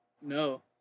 No